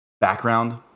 background